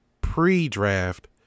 pre-draft